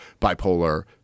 bipolar